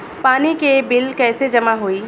पानी के बिल कैसे जमा होयी?